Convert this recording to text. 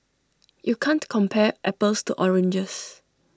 you can't compare apples to oranges